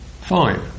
Fine